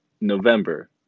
November